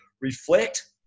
reflect